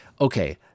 okay